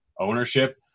ownership